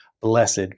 blessed